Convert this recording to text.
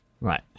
Right